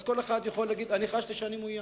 אז כל אחד יכול להגיד: אני חשתי שאני מאוים.